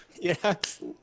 Yes